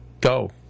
go